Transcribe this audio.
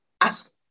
ask